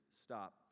stop